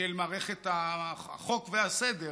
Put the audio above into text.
של מערכת החוק והסדר,